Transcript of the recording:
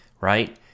right